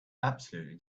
absolutely